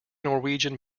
norwegian